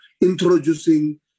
introducing